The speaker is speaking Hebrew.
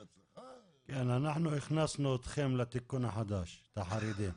כן, אנחנו הכנסנו אתכם לחוק החדש, את החרדים.